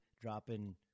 dropping